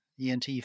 ENT